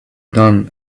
done